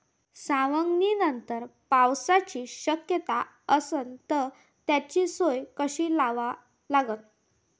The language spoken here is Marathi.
सवंगनीनंतर पावसाची शक्यता असन त त्याची सोय कशी लावा लागन?